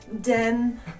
den